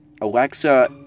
Alexa